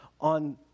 on